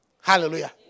Hallelujah